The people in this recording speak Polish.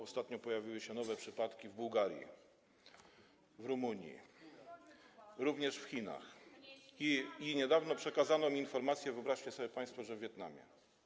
Ostatnio pojawiły się nowe przypadki w Bułgarii, w Rumunii, również w Chinach i, niedawno przekazano mi taką informację, wyobraźcie sobie państwo, w Wietnamie.